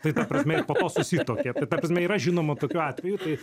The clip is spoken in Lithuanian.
tai ta prasme ir po to susituokė tai ta prasme yra žinoma tokių atvejų tai